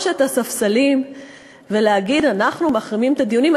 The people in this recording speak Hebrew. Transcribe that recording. את הספסלים ולהגיד: אנחנו מחרימים את הדיונים,